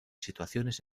situaciones